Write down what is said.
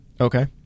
Okay